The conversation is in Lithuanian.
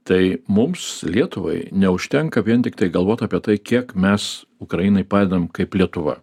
tai mums lietuvai neužtenka vien tiktai galvot apie tai kiek mes ukrainai padedam kaip lietuva